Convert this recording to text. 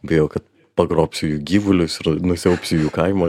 bijo kad pagrobsiu jų gyvulius ir nusiaubsiu jų kaimą